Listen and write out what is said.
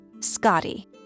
Scotty